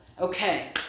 okay